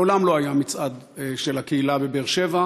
מעולם לא היה מצעד של הקהילה בבאר-שבע,